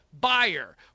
buyer